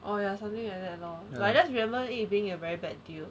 oh ya something like that lor like just I remember it is a very bad deal